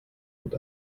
und